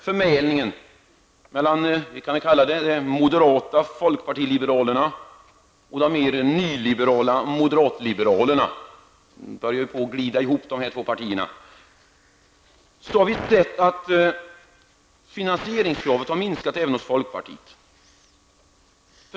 Förmälningen mellan de moderata folkpartiliberalerna och de mer nyliberala moderatliberalerna -- de två partierna börjar ju glida samman -- har lett till att finansieringskravet har minskat även hos folkpartiet.